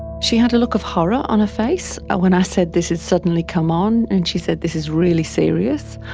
she had a look of horror on her face ah when i said this has suddenly come on, and she said, this is really serious.